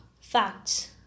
facts